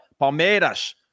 Palmeiras